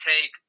take